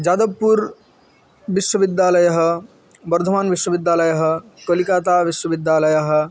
जादव्पूर विश्वविद्यालयः वर्धमानविश्वविद्यालयः कलिकात्ताविश्वविद्यालयः